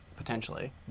Potentially